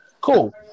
Cool